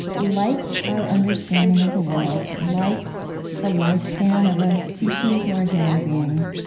like our understanding of the world, like the lifespan of a species or a human being,